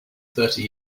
thirty